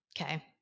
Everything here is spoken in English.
Okay